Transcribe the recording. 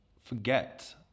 Forget